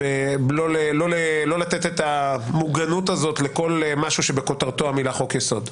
לא לתת את המוגנות הזאת לכל משהו שבכותרתו המילה חוק-יסוד.